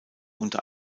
unter